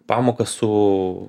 pamokas su